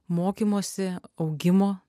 mokymosi augimo